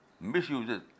misuses